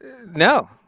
No